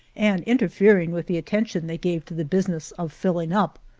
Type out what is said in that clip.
and interfering with the attention they gave to the business of filling up.